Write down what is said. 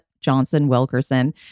Johnson-Wilkerson